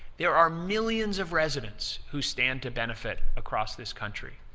there are millions of residents who stand to benefit across this country